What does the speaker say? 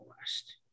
West